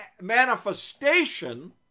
manifestation